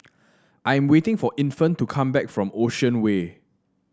I am waiting for Infant to come back from Ocean Way